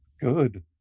good